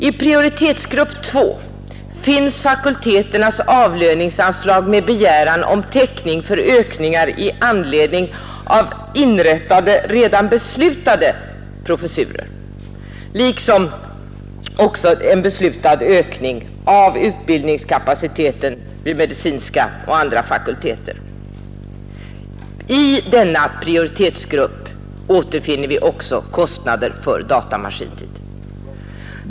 I prioritetsgrupp 2 finns fakulteternas avlöningsanslag med begäran om täckning för ökningar i anledning av inrättade, redan beslutade professurer liksom också en beslutad ökning av utbildningskapaciteten vid medicinska och andra fakulteter. I denna prioritetsgrupp återfinner vi också kostnader för datamaskintid.